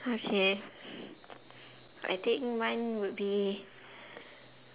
okay I think mine would be